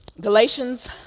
Galatians